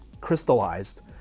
crystallized